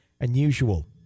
unusual